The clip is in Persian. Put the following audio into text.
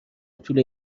طول